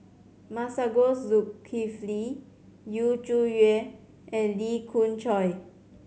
Masagos Zulkifli Yu Zhuye and Lee Khoon Choy